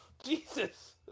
Jesus